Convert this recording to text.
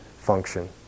function